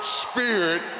spirit